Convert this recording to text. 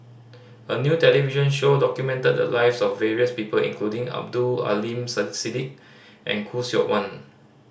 a new television show documented the lives of various people including Abdul Aleem Siddique and Khoo Seok Wan